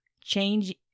Change